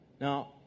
Now